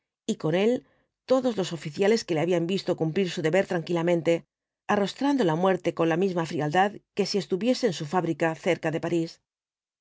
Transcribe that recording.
y con él todos los oficiales que le habían visto cumplir su deber tranquilamente arrostrando la muerte con la misma frialdad que si estuviese en su fábrica cerca de parís